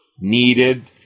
needed